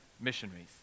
missionaries